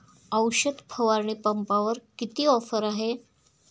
औषध फवारणी पंपावर किती ऑफर आहे?